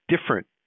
different